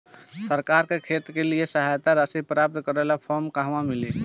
सरकार से खेत के लिए सहायता राशि प्राप्त करे ला फार्म कहवा मिली?